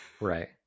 right